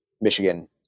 Michigan